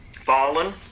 Fallen